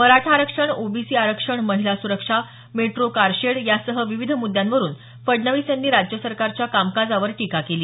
मराठा आरक्षण ओबीसी आरक्षण महिला सुरक्षा मेट्रो कारशेड यासह विविध मुद्यांवरून फडणवीस यांनी राज्य सरकारच्या कामकाजावर टीका केली